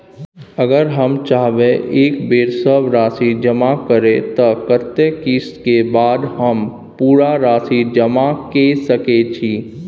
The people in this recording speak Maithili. अगर हम चाहबे एक बेर सब राशि जमा करे त कत्ते किस्त के बाद हम पूरा राशि जमा के सके छि?